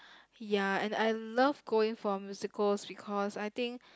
ya and I love going for musicals because I think